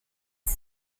sie